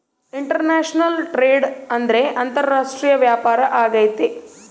international trade ಅಂದ್ರೆ ಅಂತಾರಾಷ್ಟ್ರೀಯ ವ್ಯಾಪಾರ ಆಗೈತೆ